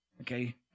okay